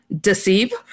deceive